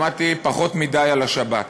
שמעתי פחות מדי על השבת.